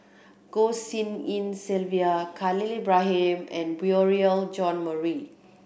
Goh Tshin En Sylvia Khalil Ibrahim and Beurel John Marie